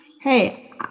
hey